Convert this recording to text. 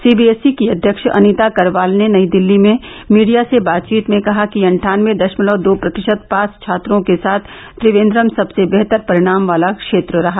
सी B S E की अध्यक्ष अनीता करवाल ने नई दिल्ली में मीडिया से बातचीत में कहा कि अट्ठानबे दशमलव दो प्रतिशत पास छात्रों के साथ त्रिवेन्द्रम सबसे बेहतर परिणाम वाला क्षेत्र रहा